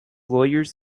lawyers